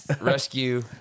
rescue